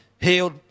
healed